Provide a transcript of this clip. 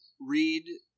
read